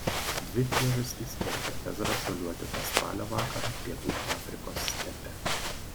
dvi priežastys vertė ezrą šuoliuoti tą spalio vakarą pietų afrikos stepe